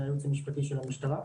מהייעוץ המשפטי של המשטרה.